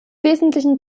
wesentlichen